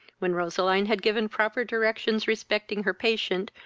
when roseline had given proper directions respecting her patient,